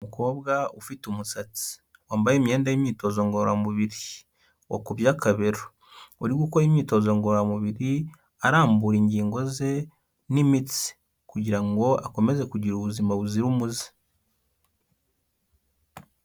Umukobwa ufite umusatsi wambaye imyenda y'imyitozo ngororamubiri, wakubye akabero, uri gukora imyitozo ngororamubiri, arambura ingingo ze n'imitsi kugira ngo akomeze kugira ubuzima buzira umuze.